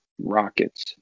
rockets